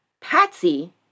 Patsy